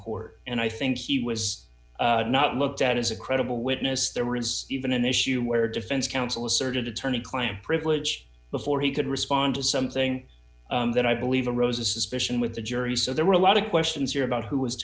court and i think he was not looked at as a credible witness there were even an issue where defense counsel asserted attorney client privilege before he could respond to something that i believe a rose a suspicion with the jury so there were a lot of questions here about who was